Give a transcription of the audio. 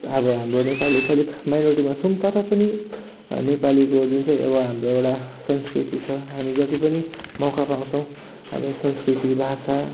अब हाम्रो नेपाली चाहिँ अलिक माइनोरिटीमा छौँ तर पनि नेपालीको जुन चाहिँ एउटा जुन हाम्रो एउटा संस्कृति छ हामी जति पनि मौका पाउँछौँ हाम्रो संस्कृति भाषा